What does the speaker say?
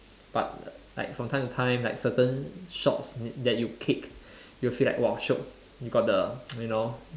but like from time to time like certain shots that you kick you feel like !wah! shiok you got the you know